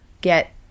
get